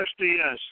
SDS